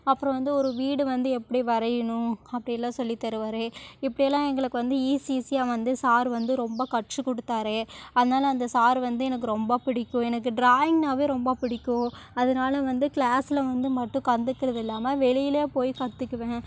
அப்புறம் வந்து ஒரு வீடு வந்து எப்படி வரையணும் அப்படியெல்லாம் சொல்லித்தருவார் இப்படியெல்லாம் எங்களுக்கு வந்து ஈஸி ஈஸியாக வந்து சார் வந்து ரொம்ப கற்றுக்கொடுத்தாரு அதனால அந்த சார் வந்து எனக்கு ரொம்ப பிடிக்கும் எனக்கு டிராயிங்னாவே ரொம்ப பிடிக்கும் அதனால வந்து கிளாஸ்சில் வந்து மட்டும் கற்றுக்கிறது இல்லாமல் வெளியிலே போய் கற்றுக்குவேன்